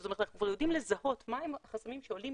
זאת אומרת אנחנו כבר יודעים לזהות מהם החסמים שעולים